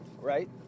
right